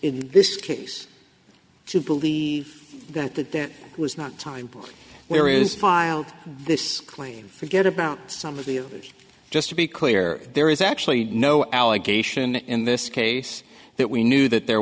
in this case to believe he got that there was not time where is filed this claim forget about some of the others just to be clear there is actually no allegation in this case that we knew that there